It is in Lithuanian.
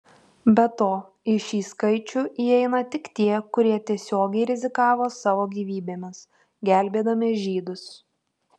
be to į šį skaičių įeina tik tie kurie tiesiogiai rizikavo savo gyvybėmis gelbėdami žydus